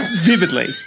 vividly